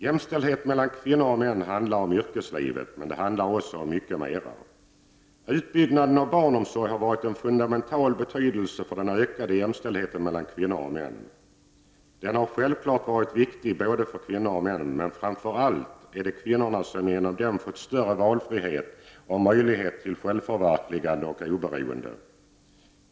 Jämställdhet mellan kvinnor och män handlar om yrkeslivet, men det handlar också om mycket mer. Utbyggnaden av barnomsorgen har varit av fundamental betydelse för den ökade jämställdheten mellan kvinnor och män. Den har självklart varit viktig för både kvinnor och män, men framför allt är det kvinnorna som genom den fått större valfrihet och möjlighet till självförverkligande och oberoende.